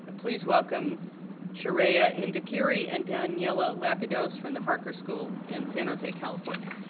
ah please welcome sharjah indocurie and daniela lapidus from the harker school in san jose, california.